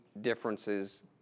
differences